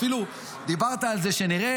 אפילו דיברת על זה שנראה,